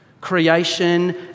Creation